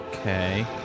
Okay